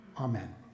amen